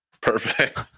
Perfect